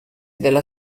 della